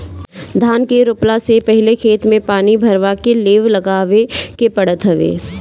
धान के रोपला से पहिले खेत में पानी भरवा के लेव लगावे के पड़त हवे